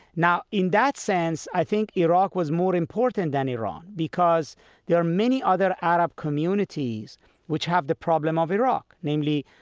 now in that sense i think iraq was more important than iran because there are many other arab communities which have the problem of iraq, namely,